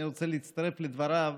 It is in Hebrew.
אני רוצה להצטרף לדבריו: